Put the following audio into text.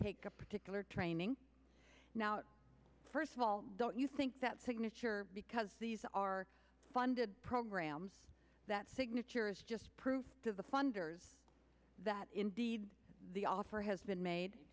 take a particular training now first of all don't you think that signature because these are funded programs that signature is just proof to the funders that the offer has been made